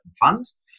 funds